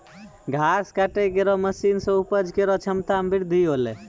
घास काटै केरो मसीन सें उपज केरो क्षमता में बृद्धि हौलै